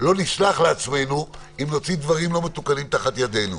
לא נסלח לעצמנו אם נוציא דברים לא מתוקנים תחת ידינו.